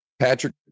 Patrick